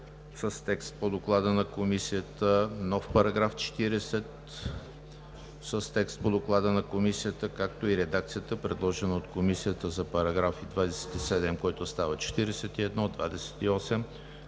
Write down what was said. с текст по Доклада на Комисията; нов § 40 с текст по Доклада на Комисията, както и редакцията, предложена от Комисията за § 27, който става § 41; § 28,